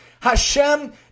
Hashem